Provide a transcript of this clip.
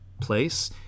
place